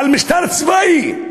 על משטר צבאי,